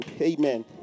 amen